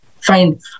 find